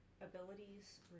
abilities